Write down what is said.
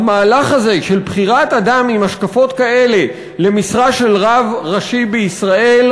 המהלך הזה של בחירת אדם עם השקפות כאלה למשרה של רב ראשי בישראל,